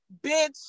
Bitch